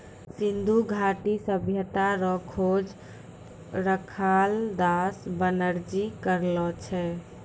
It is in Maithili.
सिन्धु घाटी सभ्यता रो खोज रखालदास बनरजी करलो छै